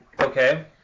Okay